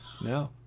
No